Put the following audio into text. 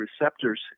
receptors